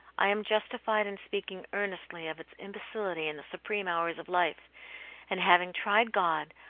i am justified in speaking earnestly of its imbecility in the supreme hours of life and having tried god,